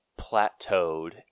plateaued